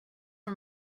for